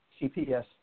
CPS